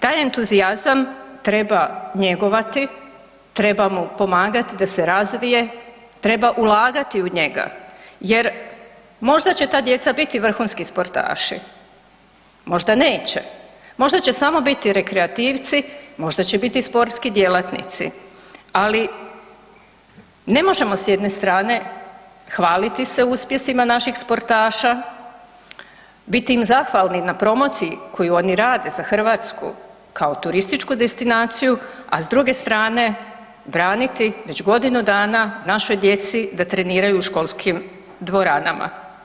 Taj entuzijazam treba njegovati, treba mu pomagati da se razvije, treba ulagati u njega jer možda će ta djeca biti vrhunski sportaši, možda neće, možda će biti samo rekreativci, možda će biti sportski djelatnici, ali ne možemo s jedne strane hvaliti se uspjesima naših sportaša, biti im zahvalni na promociji koju oni rade za Hrvatsku kao turističku destinaciju, a s druge strane braniti već godinu dana našoj djeci da treniraju u školskim dvoranama.